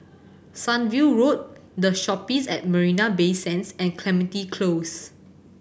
Sunview Road The Shoppes at Marina Bay Sands and Clementi Close